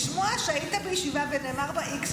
לשמוע שהיית בישיבה ונאמר בה x,